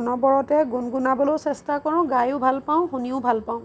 অনবৰতে গুণগুণাবলৈও চেষ্টা কৰোঁ গায়ো ভাল পাওঁ শুনিও ভাল পাওঁ